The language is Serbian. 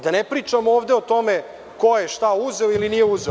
Da ne pričam ovde o tome ko je šta uzeo ili nije uzeo.